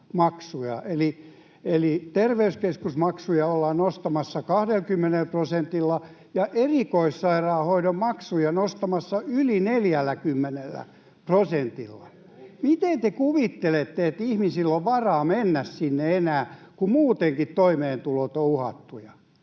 eli terveyskeskusmaksuja ollaan nostamassa 20 prosentilla ja erikoissairaanhoidon maksuja ollaan nostamassa yli 40 prosentilla. Miten te kuvittelette, että ihmisillä on varaa mennä sinne enää, kun muutenkin toimeentulot ovat uhattuja?